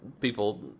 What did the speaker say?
people